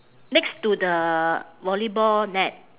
next to the volleyball net